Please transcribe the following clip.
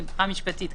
משפטית,